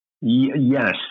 Yes